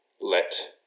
let